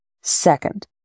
Second